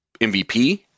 MVP